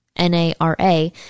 NARA